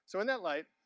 so, in that light,